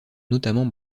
notamment